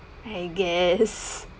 I guess